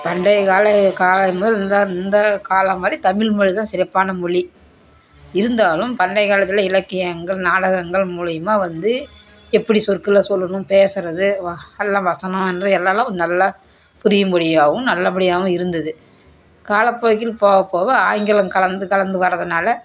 பண்டைய கால காலங்கும் போது இந்த இந்த காலம் மாதிரி தமிழ் மொழி தான் சிறப்பான மொழி இருந்தாலும் பண்டைய காலத்தில் இலக்கியங்கள் நாடகங்கள் மூலயமா வந்து எப்படி சொற்களை சொல்லணும் பேசுகிறது வா எல்லாம் வசனம் வந்து எல்லாவெல்லாம் கொஞ்சம் நல்லா புரியும்படியாகவும் நல்லபடியாகவும் இருந்தது கால போக்கில் போக போக ஆங்கிலம் கலந்து கலந்து வரதுனால்